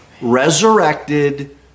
resurrected